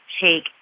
take